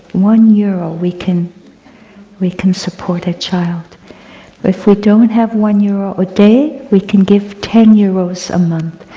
one euro, we can we can support a child. but if we don't have one euro a day, we can give ten euros a month,